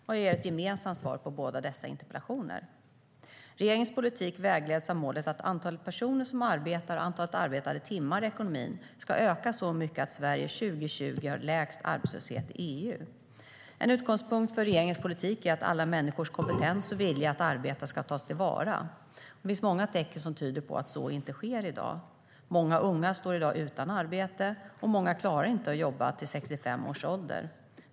Jag ger ett gemensamt svar på dessa båda interpellationer. Regeringens politik vägleds av målet att antalet personer som arbetar och antalet arbetade timmar i ekonomin ska öka så mycket att Sverige 2020 har lägst arbetslöshet i EU. En utgångspunkt för regeringens politik är att alla människors kompetens och vilja att arbeta ska tas till vara. Det finns många tecken som tyder på att så inte sker i dag. Många unga står i dag utan arbete, och många klarar inte att jobba till 65 års ålder.